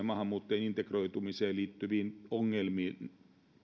maahanmuuttajien integroitumiseen liittyviin ongelmiin